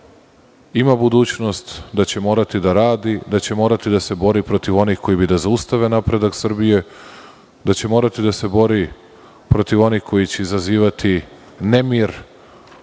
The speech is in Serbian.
ima budućnost, da će morati da radi, da će morati da se bori protiv onih koji bi da zaustave napredak Srbije, da će morati da se bori protiv onih koji će izazivati nemir